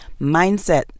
mindset